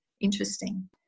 interesting